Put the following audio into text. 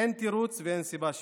אין תירוץ ואין סיבה שלא.